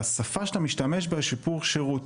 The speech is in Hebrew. השפה שאתה משתמש בה היא שיפור שירות.